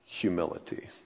Humility